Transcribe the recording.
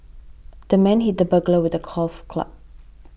the man hit the burglar with a golf club